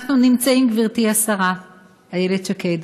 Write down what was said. אנחנו נמצאים, גברתי השרה איילת שקד,